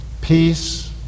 peace